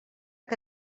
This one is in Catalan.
que